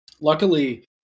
Luckily